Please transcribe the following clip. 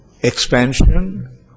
expansion